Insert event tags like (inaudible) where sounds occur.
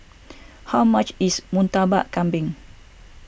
(noise) how much is Murtabak Kambing